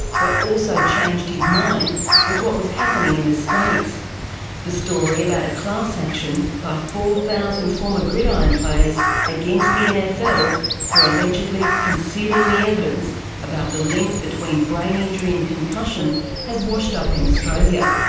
what also changed his mind was what was happening in the states the story about a class action by four thousand former gridiron players against the nfl for allegedly concealing the evidence about the link between brain injury and concussion had washed up in australia.